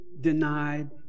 denied